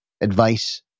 Advice